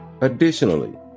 Additionally